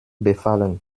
befallen